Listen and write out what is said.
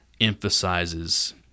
Emphasizes